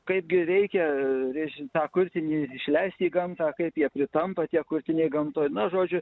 kaip gi reikia reiškia tą kurtinį išleisti į gamtą kai tie pritampa tie kurtiniai gamtoj na žodžiu